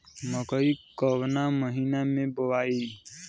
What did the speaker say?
मकई कवना महीना मे बोआइ?